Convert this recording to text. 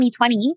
2020